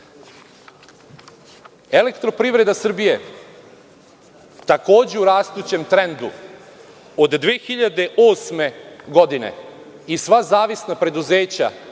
evra. Elektroprivreda Srbije, takođe u rastućem trendu, od 2008. godine i sva zavisna preduzeća,